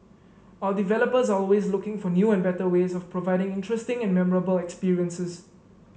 our developers are always looking for new and better ways of providing interesting and memorable experiences